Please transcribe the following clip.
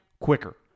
quicker